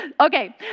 Okay